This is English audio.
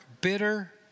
bitter